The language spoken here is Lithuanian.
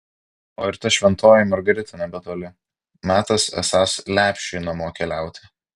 o ir ta šventoji margarita nebetoli metas esąs lepšiui namo keliauti